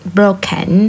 broken